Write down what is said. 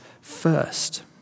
first